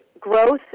growth